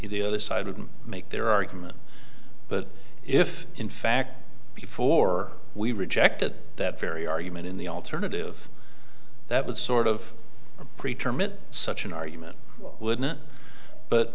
the other side wouldn't make their argument but if in fact before we rejected that very argument in the alternative that would sort of pre term it such an argument would not